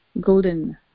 golden